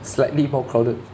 slightly more crowded